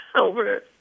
over